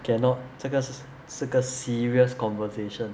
cannot 这个是个 serious conversation